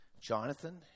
Jonathan